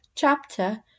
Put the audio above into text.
chapter